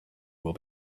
will